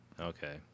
Okay